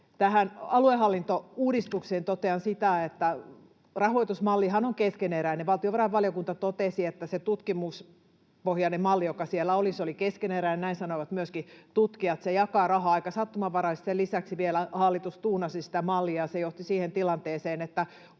Tästä aluehallintouudistuksesta totean, että rahoitusmallihan on keskeneräinen. Valtiovarainvaliokunta totesi, että se tutkimuspohjainen malli, joka siellä oli, oli keskeneräinen — näin sanoivat myöskin tutkijat. Se jakaa rahaa aika sattumanvaraisesti. Sen lisäksi vielä hallitus tuunasi sitä mallia, ja se johti siihen tilanteeseen, että